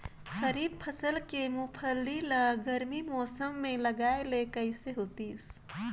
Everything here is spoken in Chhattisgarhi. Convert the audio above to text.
खरीफ फसल के मुंगफली ला गरमी मौसम मे लगाय ले कइसे होतिस?